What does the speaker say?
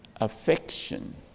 affection